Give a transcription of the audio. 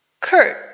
Kurt